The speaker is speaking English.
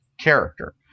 character